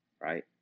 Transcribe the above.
right